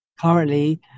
currently